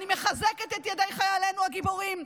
אני מחזקת את ידי חיילנו הגיבורים,